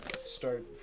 start